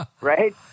Right